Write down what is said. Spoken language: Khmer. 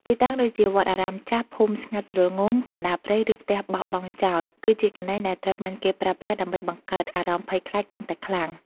ទីតាំងដូចជា វត្តអារាមចាស់ ភូមិស្ងាត់ជ្រងំ កណ្ដាលព្រៃ ឬផ្ទះបោះបង់ចោល គឺជាកន្លែងដែលត្រូវបានគេប្រើប្រាស់ដើម្បីបង្កើតអារម្មណ៍ភ័យខ្លាចកាន់តែខ្លាំង។